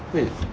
wait